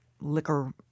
liquor